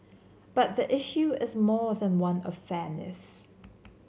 but the issue is more than one of fairness